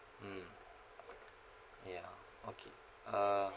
mm ya okay uh